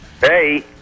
Hey